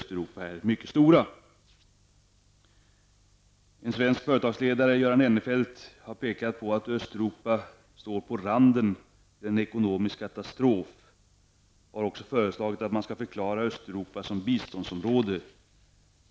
En svensk företagsledare, Göran Ennerfelt, har pekat på att Östeuropa står på randen till en ekonomisk katastrof. Han har också föreslagit att man skall förklara Östeuropa som biståndsområde.